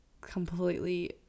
completely